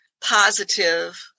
positive